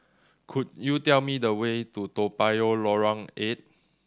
could you tell me the way to Toa Payoh Lorong Eight